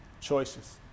choices